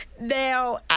Now